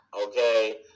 Okay